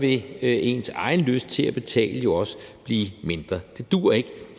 vil ens egen lyst til at betale jo også blive mindre. Det duer ikke.